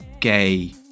gay